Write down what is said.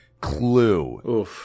clue